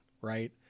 Right